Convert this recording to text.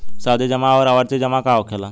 सावधि जमा आउर आवर्ती जमा का होखेला?